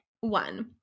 one